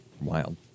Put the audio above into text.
wild